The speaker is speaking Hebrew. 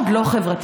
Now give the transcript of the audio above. מאוד לא חברתי,